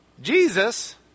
Jesus